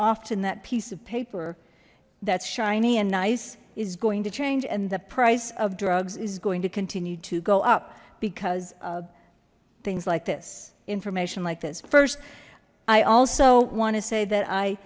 often that piece of paper that's shiny and nice is going to change and the price of drugs is going to continue to go up because of things like this information like this first i also want to say that i